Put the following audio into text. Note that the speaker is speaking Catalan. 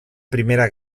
primera